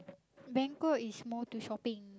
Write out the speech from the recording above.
Bangkok is more to shopping